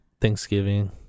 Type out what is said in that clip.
Thanksgiving